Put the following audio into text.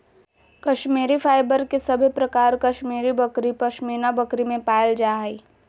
Kashmiri fibre के सभे प्रकार कश्मीरी बकरी, पश्मीना बकरी में पायल जा हय